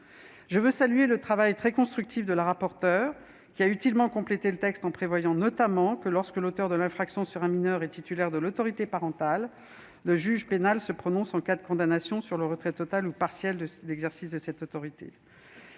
Je veux saluer le travail très constructif de Mme la rapporteure, qui a utilement complété le texte en prévoyant notamment que, lorsque l'auteur de l'infraction sur un mineur est titulaire de l'autorité parentale, le juge pénal se prononce en cas de condamnation sur le retrait total ou partiel de l'exercice de cette autorité.